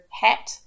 hat